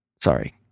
Sorry